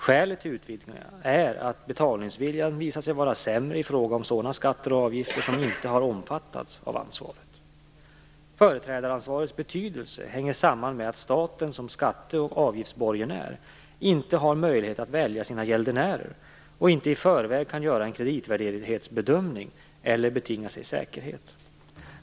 Skälet till utvidgningarna är att betalningsviljan visat sig vara sämre i fråga om sådana skatter och avgifter som inte har omfattats av ansvaret. Företrädaransvarets betydelse hänger samman med att staten som skatte och avgiftsborgenär inte har möjlighet att välja sina gäldenärer och inte i förväg kan göra en kreditvärdighetsbedömning eller betinga sig säkerhet.